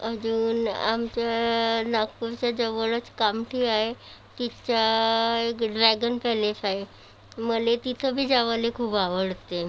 अजून आमच्या नागपूरच्या जवळच कामठी आहे तिथं एक ड्रॅगन पॅलेस आहे मला तिथं बी जायला खूप आवडते